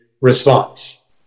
response